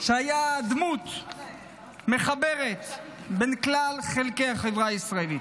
שהיה דמות מחברת בין כלל חלקי החברה הישראלית.